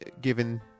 given